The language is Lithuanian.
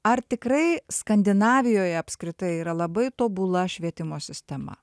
ar tikrai skandinavijoj apskritai yra labai tobula švietimo sistema